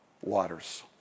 waters